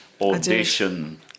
audition